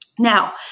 Now